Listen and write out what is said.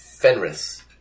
Fenris